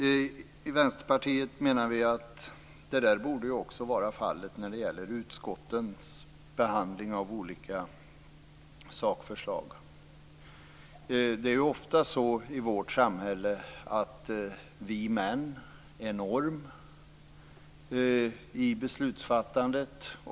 Vi i Vänsterpartiet menar att detta också borde gälla utskottens behandling av olika sakförslag. I vårt samhälle är det ofta så att vi män utgör normen i beslutsfattandet.